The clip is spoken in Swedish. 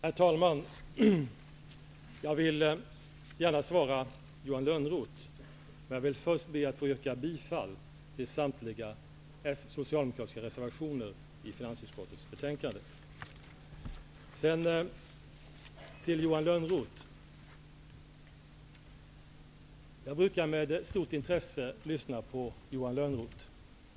Herr talman! Jag vill gärna svara Johan Lönnroth. Jag ber dock först att få yrka bifall till samtliga socialdemokratiska reservationer vid finansutskottets betänkande. Jag brukar med stort intresse lyssna på Johan Lönnroth.